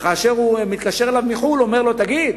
כאשר הוא מתקשר אליו מחו"ל ואומר לו: תגיד,